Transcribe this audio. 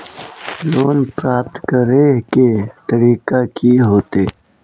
Loan प्राप्त करे के तरीका की होते?